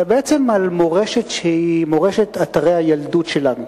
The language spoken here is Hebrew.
אלא בעצם על מורשת שהיא מורשת אתרי הילדות שלנו.